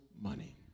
money